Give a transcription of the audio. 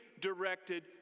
directed